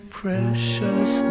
precious